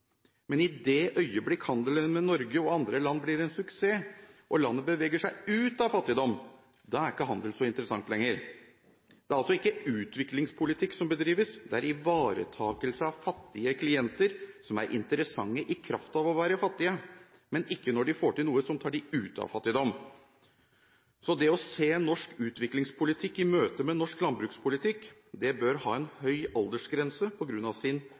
men i det øyeblikk handelen med Norge og andre land blir en suksess, og landet beveger seg ut av fattigdom, da er ikke handel så interessant lenger. Det er altså ikke utviklingspolitikk som bedrives, det er ivaretakelse av fattige klienter, som er interessante i kraft av å være fattige, men ikke når de får til noe som tar dem ut av fattigdom. Så det å se norsk utviklingspolitikk i møte med norsk landbrukspolitikk bør ha en høy aldersgrense